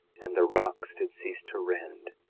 and the rocks did cease to rend,